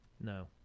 No